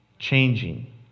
Changing